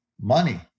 money